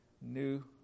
New